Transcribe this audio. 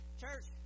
Church